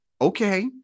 okay